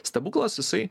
stebuklas jisai